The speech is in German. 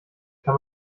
kann